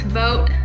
vote